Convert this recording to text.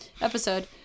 episode